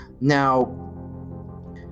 now